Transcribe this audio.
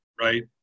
right